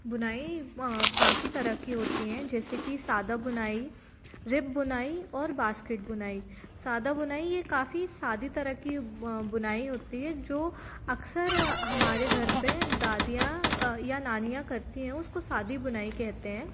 बुनाई काफ़ी तरह की होती हैं जैसे कि सादा बुनाई रिप बुनाई और बास्केट बुनाई सादा बुनाई ये काफ़ी सादी तरह की बुनाई होती है जो अक्सर हमारे घर पर दादियाँ या नानियाँ करती हैं उसको सादी बुनाई कहते हैं